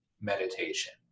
meditation